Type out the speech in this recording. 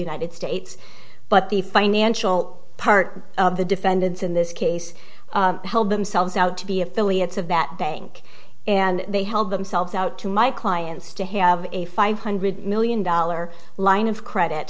united states but the financial part of the defendants in this case help themselves out to be affiliates of that bank and they held themselves out to my clients to have a five hundred million dollar line of credit